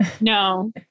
No